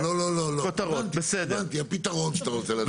לא לא הבנתי הפתרון שאתה רוצה לתת.